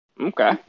Okay